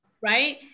right